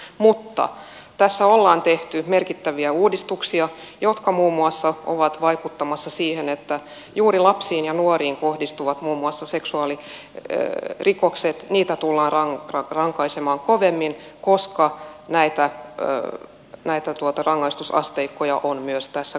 mutta tässä on tehty merkittäviä uudistuksia jotka muun muassa ovat vaikuttamassa siihen että juuri lapsiin ja nuoriin kohdistuvista muun muassa seksuaalirikoksista tullaan rankaisemaan kovemmin koska näitä rangaistusasteikkoja on myös tässä korotettu